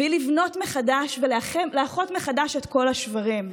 והיא לבנות מחדש ולאחות מחדש את כל השברים,